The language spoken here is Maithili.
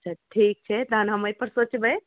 तऽ ठीक छै तहन हम एहिपर सोचबै